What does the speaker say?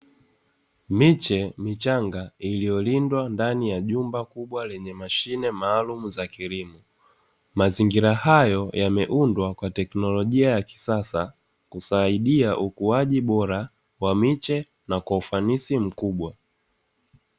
Miche michanga iliyolindwa ndani ya jumba kubwa lenye mashine maalumu za kilimo, mazingira hayo yameundwa kwa tekinolojia ya kisasa kusaidia ukuaji bora wa miche, na kwa ufanisi mkubwa.